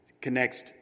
connects